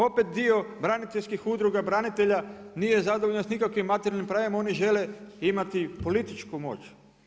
Opet dio braniteljskih udruga branitelja, nije zadovoljno sa nikakvim materijalnim pravima, oni žele imati političku moć.